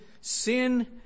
sin